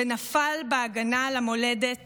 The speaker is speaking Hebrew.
נפל בהגנה על המולדת